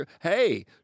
hey